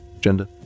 Gender